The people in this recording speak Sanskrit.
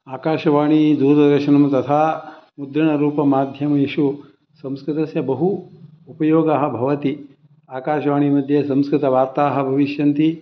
आकाशवाणी दूरदर्शनं तथा मुद्रणरूपमाध्यमेषु संस्कृतस्य बहु उपयोगः भवति आकाशवाणीमध्ये संस्कृतवार्ताः भविष्यन्ति